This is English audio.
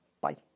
Bye